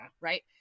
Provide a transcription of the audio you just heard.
right